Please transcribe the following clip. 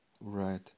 Right